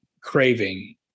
craving